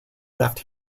left